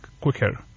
quicker